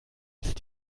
ist